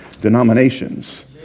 denominations